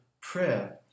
prayer